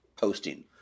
posting